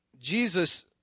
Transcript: Jesus